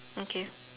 okay